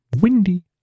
Windy